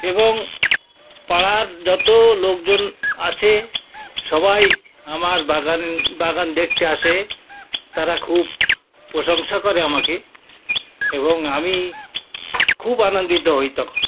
এবং পাড়ার যতো লোকজন আছে সবাই আমার বাগান বাগান দেখতে আসে তারা খুব প্রশংসা করে আমাকে এবং আমি খুব আনন্দিত হই তখন